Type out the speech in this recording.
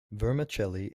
vermicelli